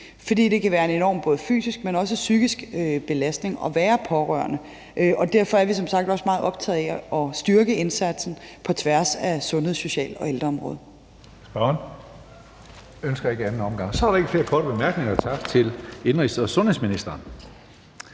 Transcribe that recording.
For det kan være en enorm både fysisk, men også psykisk belastning at være pårørende, og derfor er vi som sagt også meget optaget af at styrke indsatsen på tværs af sundheds-, social- og ældreområdet.